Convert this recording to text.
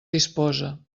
disposa